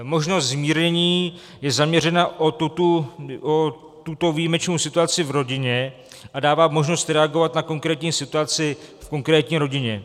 Možnost zmírnění je zaměřena na tuto výjimečnou situaci v rodině a dává možnost reagovat na konkrétní situaci v konkrétní rodině.